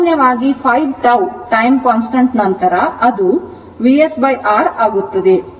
ಸಾಮಾನ್ಯವಾಗಿ 5 τ ನಂತರ ಅದು ಸುಮಾರು Vs R ಆಗುತ್ತದೆ